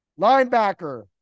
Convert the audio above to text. Linebacker